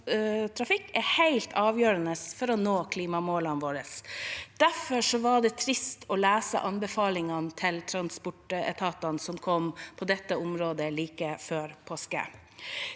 er helt avgjørende for å nå klimamålene våre. Derfor var det trist å lese anbefalingene til transportetatene som kom på dette området like før påske.